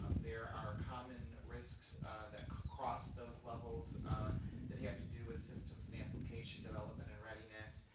um there are common risks that cross those levels that have to do with systems and application development and readiness,